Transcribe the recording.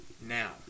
Now